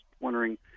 wondering